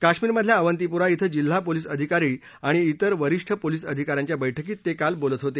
काश्मीरमधल्या अवंतीपोरा इथं जिल्हा पोलिस अधिकारी आणि इतर वरिष्ठ पोलिस अधिका यांच्या बैठकीत ते काल बोलत होते